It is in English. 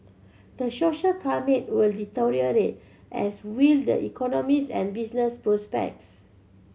the social climate will deteriorate as will the economies and business prospects